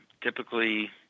typically